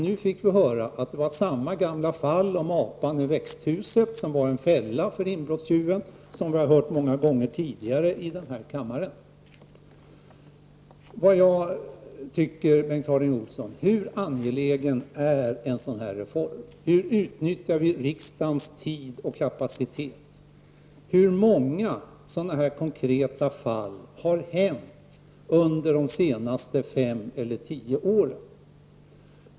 Nu fick vi höra att det var samma gamla fall med apor i växthuset, som var en fälla för inbrottstjuven, ett fall som vi har hört många gånger tidigare i denna kammare. Men, Bengt Harding Olson, hur angelägen är en sådan reform som ni föreslår? Hur utnyttjar vi riksdagens tid och kapacitet? Hur många sådana här konkreta fall har förekommit under de senaste fem eller tio åren?